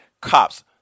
cops